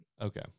Okay